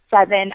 seven